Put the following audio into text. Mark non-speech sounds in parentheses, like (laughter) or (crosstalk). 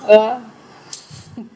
uh (laughs)